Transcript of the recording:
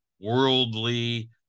worldly